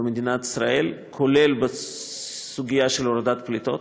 במדינת ישראל, כולל בסוגיה של הורדת פליטות.